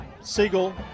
Siegel